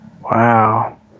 wow